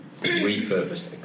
repurposed